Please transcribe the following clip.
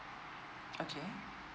okay